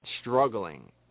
struggling